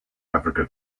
africa